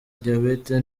diabète